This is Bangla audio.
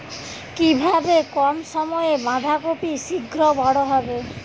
কিভাবে কম সময়ে বাঁধাকপি শিঘ্র বড় হবে?